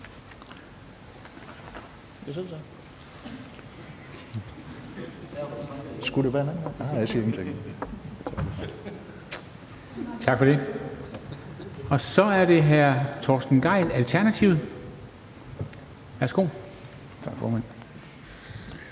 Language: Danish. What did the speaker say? Tak for det. Så er det hr. Torsten Gejl, Alternativet. Værsgo.